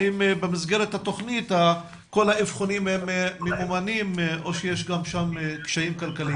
האם במסגרת התכנית כל האבחונים ממומנים או שיש גם שם קשיים כלכליים.